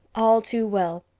all too well.